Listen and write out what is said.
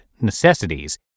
necessities